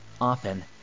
Often